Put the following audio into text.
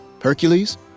Hercules